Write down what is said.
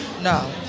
no